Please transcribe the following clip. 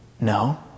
No